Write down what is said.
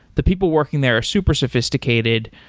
the people working there are super sophisticated,